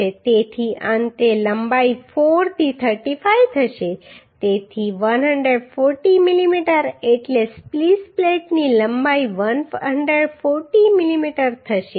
તેથી અંતે લંબાઈ 4 થી 35 થશે તેથી 140 mm એટલે સ્પ્લીસ પ્લેટની લંબાઈ 140 mm થશે